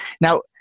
Now